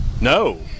No